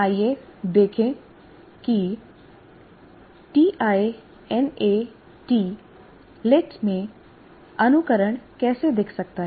आइए देखें कि टीआईएनएटी लिट में अनुकरण कैसे दिख सकता है